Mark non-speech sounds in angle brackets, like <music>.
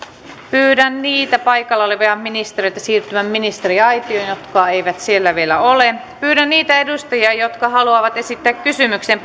pyydän niitä paikalla olevia ministereitä siirtymään ministeriaitioon jotka eivät siellä vielä ole pyydän niitä edustajia jotka haluavat esittää kysymyksen <unintelligible>